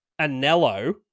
Anello